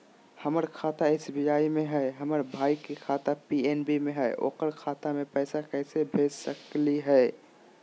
हमर खाता एस.बी.आई में हई, हमर भाई के खाता पी.एन.बी में हई, ओकर खाता में पैसा कैसे भेज सकली हई?